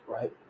Right